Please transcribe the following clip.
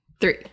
three